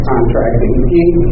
Contracting